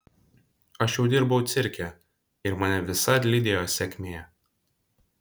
aš jau dirbau cirke ir mane visad lydėjo sėkmė